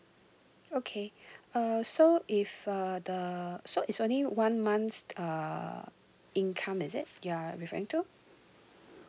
okay err so if uh the so is only one month uh income is it you are referring to